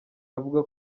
avuga